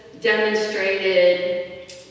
demonstrated